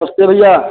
नमस्ते भैया